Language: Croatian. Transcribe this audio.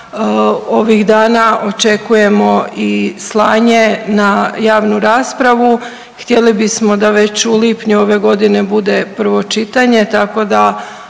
ovih dana očekujemo i slanje na javnu raspravu. Htjeli bismo da već u lipnju ove godine bude prvo čitanje tako da